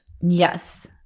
Yes